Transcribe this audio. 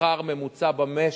שכר ממוצע במשק,